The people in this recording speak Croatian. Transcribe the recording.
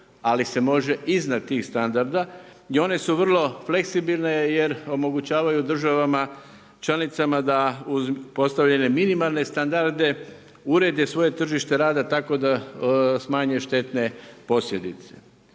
ali se može iznad tih standarda i one su vrlo fleksibilne jer omogućavaju državama članicama da uz postavljene minimalne standarde urede svoje tržište rada tako da smanje štetne posljedice.